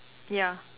ya